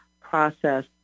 process